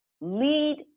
lead